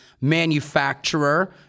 manufacturer